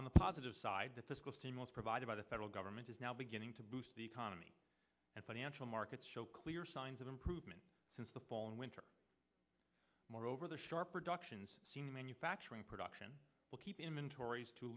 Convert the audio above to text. on the positive side the fiscal stimulus provided by the federal government is now beginning to boost the economy and financial markets show clear signs of improvement since the fall and winter moreover the sharp productions seen manufacturing production will keep him in t